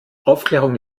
aufklärung